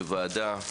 כוועדה,